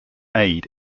aid